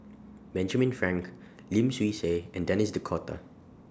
Benjamin Frank Lim Swee Say and Denis D'Cotta